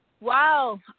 wow